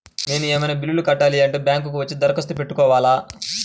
నేను ఏమన్నా బిల్లును కట్టాలి అంటే బ్యాంకు కు వచ్చి దరఖాస్తు పెట్టుకోవాలా?